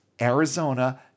Arizona